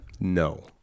No